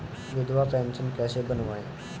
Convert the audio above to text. विधवा पेंशन कैसे बनवायें?